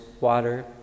water